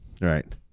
right